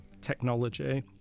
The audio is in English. technology